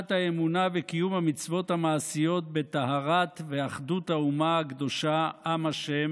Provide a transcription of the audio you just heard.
קדושת האמונה וקיום המצוות המעשיות בטהרת ואחדות האומה הקדושה עם ה',